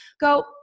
go